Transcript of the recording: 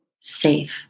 safe